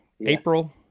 april